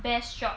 best job